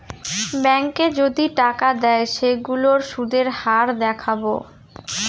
ব্যাঙ্কে যদি টাকা দেয় সেইগুলোর সুধের হার দেখাবো